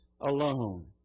alone